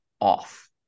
off